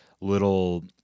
little